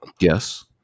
Yes